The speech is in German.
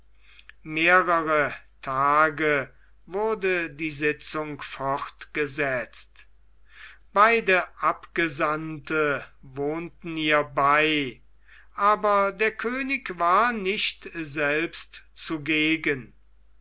mehrere tage wurde die sitzung fortgesetzt beide abgesandte wohnten ihr bei aber der könig war nicht selbst zugegen